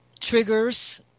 triggers